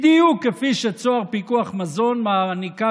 בדיוק כפי ש"צהר פיקוח מזון" מעניקה